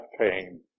pain